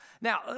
Now